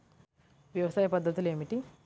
వ్యవసాయ పద్ధతులు ఏమిటి?